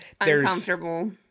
Uncomfortable